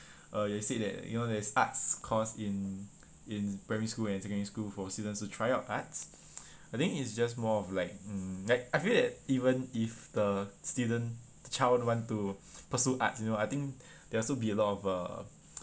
uh you said that you know there's arts course in in primary school and secondary schools for students to try out arts I think it's just more of like mm like I feel that even if the student the child want to pursue arts you know I think there will also be a lot of uh